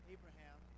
Abraham